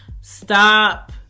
stop